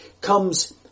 comes